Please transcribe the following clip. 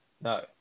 No